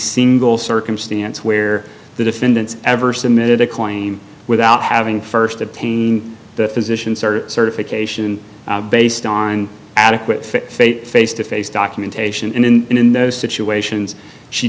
single circumstance where the defendants ever submitted a claim without having first obtain the physicians or certification based on adequate face to face documentation and in those situations she